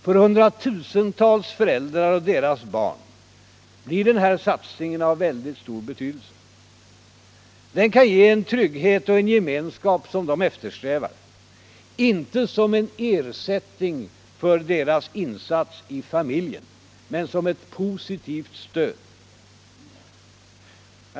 För hundratusentals föräldrar och deras barn blir denna satsning av väldigt stor betydelse. Den kan ge en trygghet och en gemenskap som de eftersträvar — inte som en ersättning för deras insats i familjen men som ett positivt stöd.